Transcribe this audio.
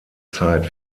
zeit